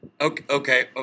Okay